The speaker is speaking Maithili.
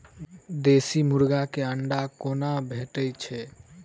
देसी मुर्गी केँ अंडा कोना भेटय छै?